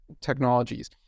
technologies